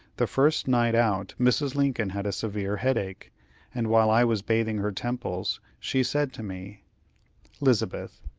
the first night out, mrs. lincoln had a severe headache and while i was bathing her temples, she said to me lizabeth,